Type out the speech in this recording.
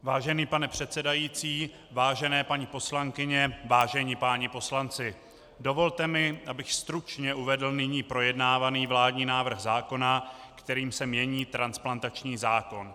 Vážený pane předsedající, vážené paní poslankyně, vážení páni poslanci, dovolte mi, abych stručně uvedl nyní projednávaný vládní návrh zákona, kterým se mění transplantační zákon.